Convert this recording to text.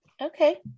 okay